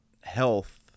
health